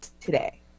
today